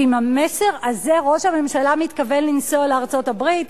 ועם המסר הזה ראש הממשלה מתכוון לנסוע לארצות-הברית?